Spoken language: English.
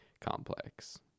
complex